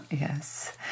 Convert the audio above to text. Yes